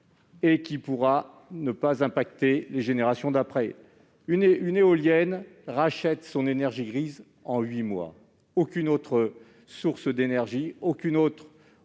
à court terme sans impact pour les générations futures ? Une éolienne rachète son énergie grise en huit mois, aucune autre source d'énergie, aucune autre